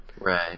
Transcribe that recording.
Right